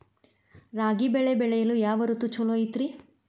ರಾಗಿ ಬೆಳೆ ಬೆಳೆಯಲು ಯಾವ ಋತು ಛಲೋ ಐತ್ರಿ?